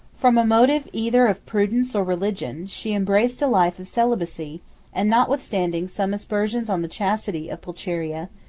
from a motive either of prudence or religion, she embraced a life of celibacy and notwithstanding some aspersions on the chastity of pulcheria,